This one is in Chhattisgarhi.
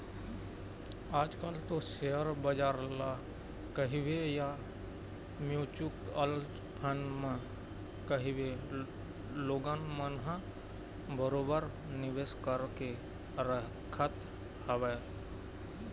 आज कल तो सेयर बजार ल कहिबे या म्युचुअल फंड म कहिबे लोगन मन ह बरोबर निवेश करके रखत हवय